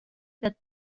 that